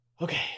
Okay